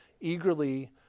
eagerly